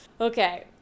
Okay